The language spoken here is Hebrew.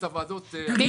אני